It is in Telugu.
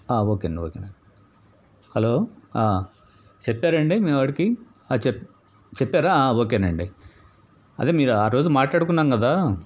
ఓకేనండి ఓకేనండి హలో చెప్పారాండి మీ వాడికి చెప్ చెప్పారా ఓకేనండి అదే మీరు ఆ రోజు మాట్లాడుకున్నాం కదా